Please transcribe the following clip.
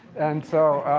and so,